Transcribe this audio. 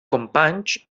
companys